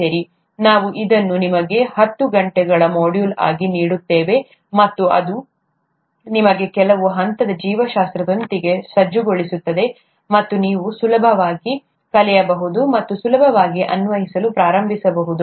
ಸರಿ ನಾವು ಇದನ್ನು ನಿಮಗೆ ಹತ್ತು ಗಂಟೆಗಳ ಮಾಡ್ಯೂಲ್ ಆಗಿ ನೀಡುತ್ತೇವೆ ಮತ್ತು ಅದು ನಿಮಗೆ ಕೆಲವು ಹಂತದ ಜೀವಶಾಸ್ತ್ರದೊಂದಿಗೆ ಸಜ್ಜುಗೊಳಿಸುತ್ತದೆ ಮತ್ತು ನೀವು ಸುಲಭವಾಗಿ ಕಲಿಯಬಹುದು ಮತ್ತು ಸುಲಭವಾಗಿ ಅನ್ವಯಿಸಲು ಪ್ರಾರಂಭಿಸಬಹುದು